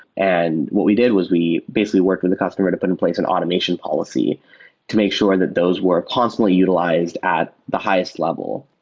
and what we did was we basically work with the customer to put in place an automation policy to make sure that those were constantly utilized at the highest level.